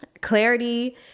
clarity